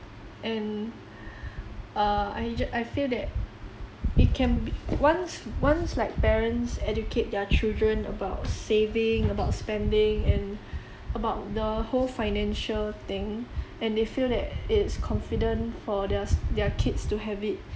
and uh I ju~ I feel that it can be once once like parents educate their children about saving about spending and about the whole financial thing and they feel that it's confident for their s~ their kids to have it